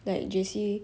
like J_C